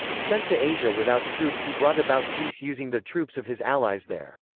sent to asia without troops he brought about peace using the troops of his allies there.